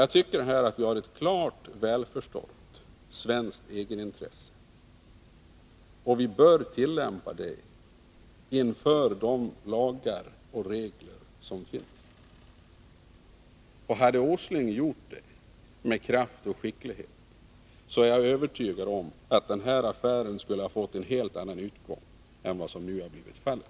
Jag tycker att det här finns ett klart svenskt egenintresse, som vi bör ta hänsyn till när det gäller de lagar och regler som finns. Hade herr Åsling gjort detta med kraft och skicklighet, är jag övertygad om att den här affären skulle ha fått en helt annan utgång än vad som nu har blivit fallet.